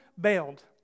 bailed